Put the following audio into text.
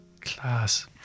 Class